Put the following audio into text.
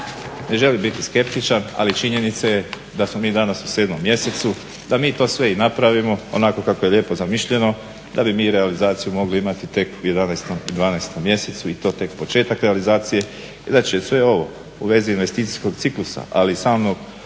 Ne želim biti skeptičan, ali činjenica je da smo mi danas u 7 mjesecu. Da mi to sve i napravimo onako kako je lijepo zamišljeno da bi mi realizaciju mogli imati tek u 11, 12 mjesecu i to tek početak realizacije i da će sve ovo u vezi investicijskog ciklusa ali i samog